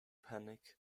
panic